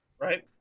right